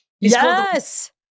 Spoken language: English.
Yes